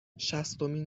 شصتمین